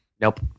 Nope